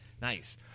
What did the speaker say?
nice